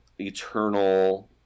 eternal